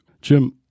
Jim